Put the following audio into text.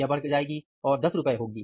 यह बढ जाएगी और ₹10 होगी